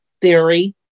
theory